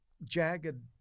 jagged